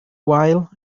while